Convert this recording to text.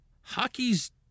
Hockey's